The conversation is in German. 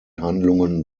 handlungen